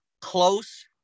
close